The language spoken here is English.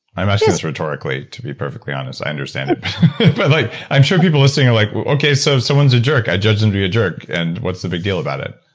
i'm asking this rhetorically to be perfectly honest, i understand it but like i'm sure people listening are like okay so if someone's a jerk i judge them to be a jerk and what's the big deal about it?